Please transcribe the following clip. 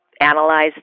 analyze